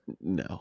No